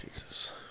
Jesus